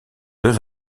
deux